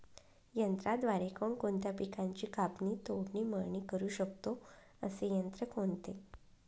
यंत्राद्वारे कोणकोणत्या पिकांची कापणी, तोडणी, मळणी करु शकतो, असे यंत्र कोणते?